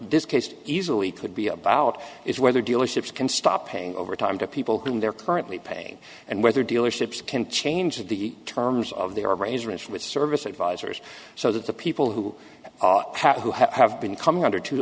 this case easily could be about is whether dealerships can stop paying overtime to people whom they're currently paying and whether dealerships can change the terms of their arrangements with service advisors so that the people who are who have been coming under two